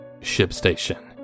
ShipStation